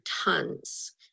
tons